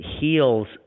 heals